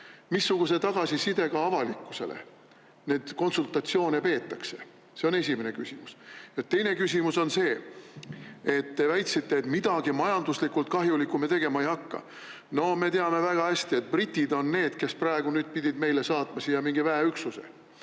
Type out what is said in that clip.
missuguse tagasisidega avalikkusele neid konsultatsioone peetakse. See on esimene küsimus. Teine küsimus on see. Te väitsite, et midagi majanduslikult kahjulikku me tegema ei hakka. Me teame väga hästi, et britid on need, kes praegu pidid meile saatma siia mingi väeüksuse.